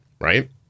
right